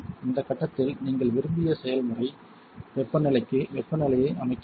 இந்த கட்டத்தில் நீங்கள் விரும்பிய செயல்முறை வெப்பநிலைக்கு வெப்பநிலையை அமைக்க வேண்டும்